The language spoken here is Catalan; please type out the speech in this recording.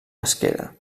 pesquera